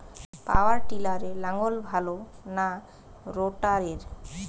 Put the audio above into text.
পাওয়ার টিলারে লাঙ্গল ভালো না রোটারের?